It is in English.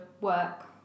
work